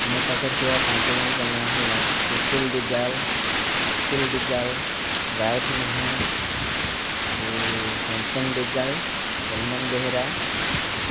ମୋ' ପାଖରେ ଥିବା ପାଞ୍ଚ ଜଣଙ୍କ ନାଁ ହେଲା ସୁଶୀଲ ଦିଗାଲ ଅଖିଲ ଦିଗାଲ ରାଉତ ମେହେର ଆଉ ଶାନ୍ତନୁ ଦିଗାଲ ସଲମନ ବେହେରା